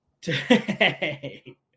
today